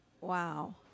Wow